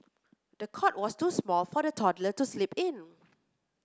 the cot was too small for the toddler to sleep in